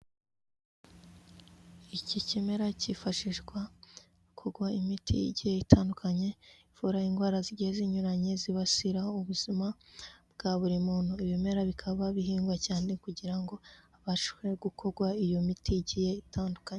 Iki kimera cyifashishwa kugwa imiti igihe itandukanye ivura indwara zigiye zinyuranye zibasira ubuzima bwa buri muntu, ibimera bikaba bihingwa cyane kugira ngo habashe gukorwa iyo miti igiye itandukanye.